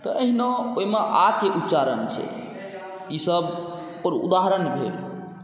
तऽ ओहिना ओहिमे आ के उच्चारण छै ईसब ओकर उदाहरण भेल